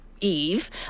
eve